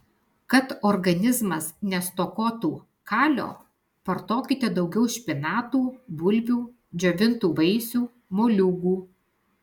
kad organizmas nestokotų kalio vartokite daugiau špinatų bulvių džiovintų vaisių moliūgų